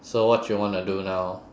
so what you wanna do now